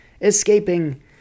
escaping